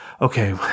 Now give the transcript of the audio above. okay